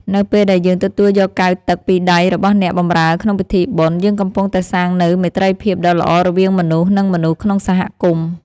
នៅពេលដែលយើងទទួលយកកែវទឹកពីដៃរបស់អ្នកបម្រើក្នុងពិធីបុណ្យ យើងកំពុងតែសាងនូវមេត្រីភាពដ៏ល្អរវាងមនុស្ស និងមនុស្សក្នុងសហគមន៍។